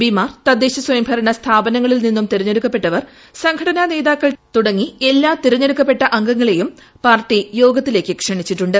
പിമാർ തദ്ദേശസ്വയംഭരണ സ്ഥാപനങ്ങളിൽ നിന്നും തെരഞ്ഞെടുക്കപ്പെട്ടവർ സംഘടനാ നേതാക്കൾ തുടങ്ങി എല്ലാ തെരഞ്ഞെടുക്കപ്പെട്ട അംഗങ്ങളേയും പാർട്ടി യോഗത്തിലേക്ക് ക്ഷണിച്ചിട്ടുണ്ട്